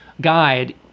guide